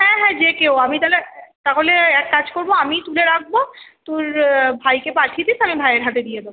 হ্যাঁ হ্যাঁ যে কেউ আমি তাহলে তাহলে এক কাজ করবো আমিই তুলে রাখবো তুই ভাইকে পাঠিয়ে দিস আমি ভাইয়ের হাতে দিয়ে দেবো